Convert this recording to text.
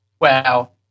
Wow